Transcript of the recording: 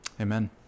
Amen